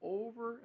over